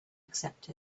accept